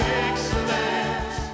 excellence